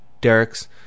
Derek's